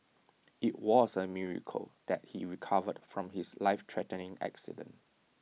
IT was A miracle that he recovered from his lifethreatening accident